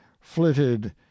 flitted